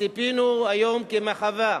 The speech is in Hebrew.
ציפינו היום כמחווה,